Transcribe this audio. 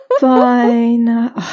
Fine